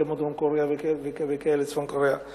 כמו דרום-קוריאה וצפון-קוריאה וכאלה.